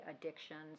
addictions